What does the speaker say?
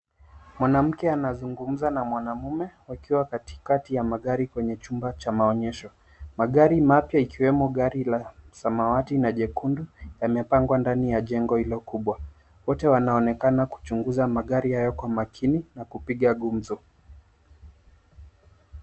Mwanamke anazugumza na mwanaume wakiwa katikati ya magari kwenye chumba cha maonyesho. Magari mapya ikiwemo gari la samawati na jekundu yamepagwa ndani ya jengo hilo kubwa wote wanaonekana kuchuguza magari haya kwa makini na kupiga gumzo.